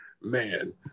man